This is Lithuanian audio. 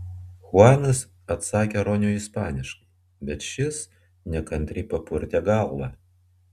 chuanas atsakė roniui ispaniškai bet šis nekantriai papurtė galvą